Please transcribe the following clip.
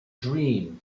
dream